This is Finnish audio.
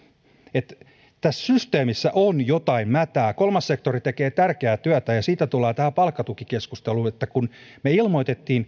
että tässä systeemissä on jotain mätää kolmas sektori tekee tärkeää työtä ja siitä tullaan tähän palkkatukikeskusteluun me ilmoitimme